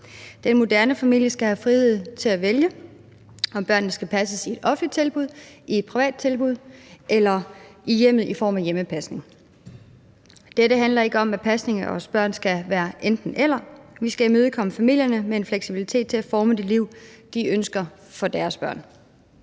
Den moderne familie skal have frihed til at vælge, om børnene skal passes i et offentligt tilbud, i et privat tilbud eller i hjemmet i form af hjemmepasning. Dette handler ikke om, at pasning af vores børn skal være et enten-eller. Vi skal imødekomme familierne med en fleksibilitet, så de kan forme de liv, de ønsker for deres børn.